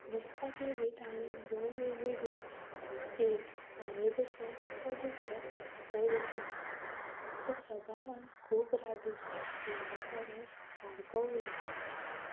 दिसपाक लेगीत आमी भोव वेगळीं दिसता एक आवय भाशेन तर दुसरो बापाय भशेन तो सभावान खूब रागिश्ट म्हज्या परस सारको उलट